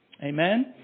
Amen